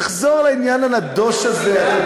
תחזור על העניין הנדוש הזה.